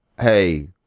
Hey